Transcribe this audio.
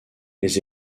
les